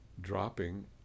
dropping